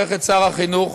לברך את שר החינוך